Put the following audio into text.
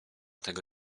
tego